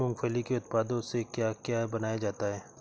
मूंगफली के उत्पादों से क्या क्या बनाया जाता है?